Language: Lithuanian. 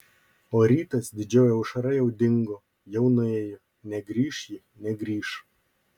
o rytas didžioji aušra jau dingo jau nuėjo negrįš ji negrįš